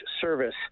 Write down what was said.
service